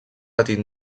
petit